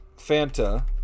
Fanta